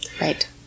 Right